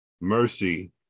mercy